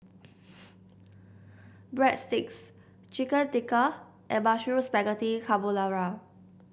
Breadsticks Chicken Tikka and Mushroom Spaghetti Carbonara